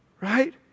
right